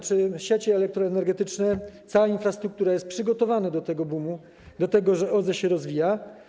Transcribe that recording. Czy sieci elektroenergetyczne, cała infrastruktura jest przygotowana tego boomu, do tego, że OZE się rozwija?